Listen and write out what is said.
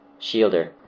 Shielder